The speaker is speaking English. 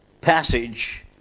passage